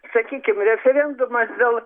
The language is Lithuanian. sakykim referendumas dėl